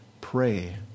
pray